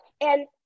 And-